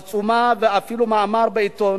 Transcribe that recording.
עצומה, ואפילו מאמר בעיתון,